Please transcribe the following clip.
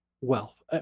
wealth